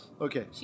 Okay